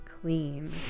Clean